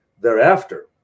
thereafter